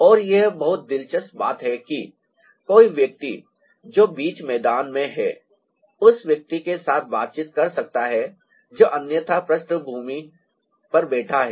और यह बहुत दिलचस्प बात है कि कोई व्यक्ति जो बीच मैदान में है उस व्यक्ति के साथ बातचीत कर सकता है जो अन्यथा पृष्ठभूमि पृष्ठभूमि पर बैठा है